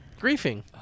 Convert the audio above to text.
griefing